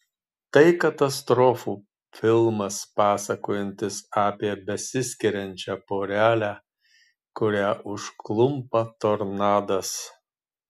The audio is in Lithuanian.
tai katastrofų filmas pasakojantis apie besiskiriančią porelę kurią užklumpa tornadas